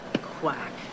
quack